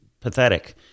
pathetic